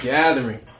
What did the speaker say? gathering